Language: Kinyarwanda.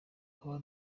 kuba